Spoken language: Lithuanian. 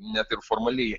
ne ir formaliai